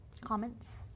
Comments